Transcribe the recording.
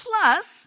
plus